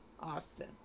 Austin